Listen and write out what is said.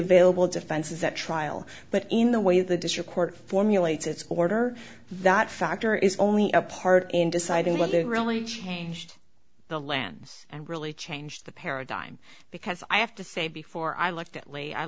available defenses at trial but in the way the district court formulates its order that factor is only a part in deciding what they really changed the lands and really changed the paradigm because i have to say before i looked at les i